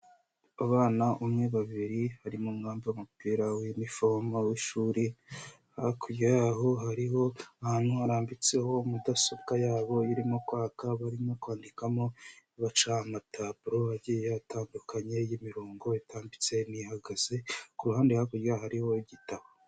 Abana umwe, babiri barimo umwe wambaye umupira w'inifomu w'ishuri hakurya yaho hariho ahantu harambitseho mudasobwa yabo irimo kwaka barimo kwandikamo baca amataburo agiye atandukanye y'imirongo itambitse n'ihagaze, kuruhande hakurya hariho igitabo.